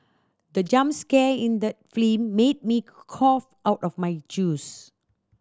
the jump scare in the film made me cough out of my juice